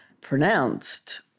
pronounced